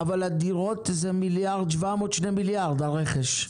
אבל הדירות זה 1.7 מיליארד-2 מיליארד, הרכש.